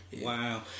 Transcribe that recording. Wow